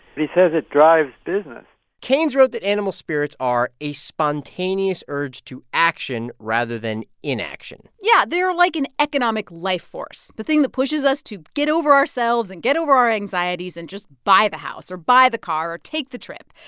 he says it drives business keynes wrote that animal spirits are a spontaneous urge to action rather than inaction yeah. they're like an economic life force, the thing that pushes us to get over ourselves and get over our anxieties and just buy the house or buy the car or take the trip.